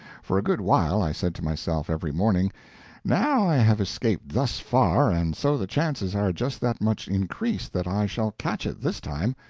for a good while i said to myself every morning now i have escaped thus far, and so the chances are just that much increased that i shall catch it this time.